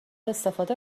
استفاده